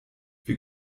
wir